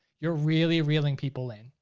you're really reeling people in.